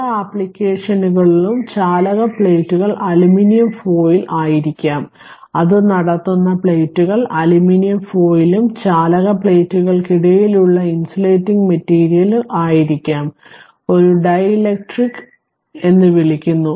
പല ആപ്ലിക്കേഷനുകളിലും ചാലക പ്ലേറ്റുകൾ അലുമിനിയം ഫോയിൽ ആയിരിക്കാം അത് നടത്തുന്ന പ്ലേറ്റുകൾ അലുമിനിയം ഫോയിലും ചാലക പ്ലേറ്റുകൾക്കിടയിലുള്ള ഇൻസുലേറ്റിംഗ് മെറ്റീരിയലും ആയിരിക്കാം ഒരു ഡീലക്ട്രിക് എന്ന് വിളിക്കുന്നു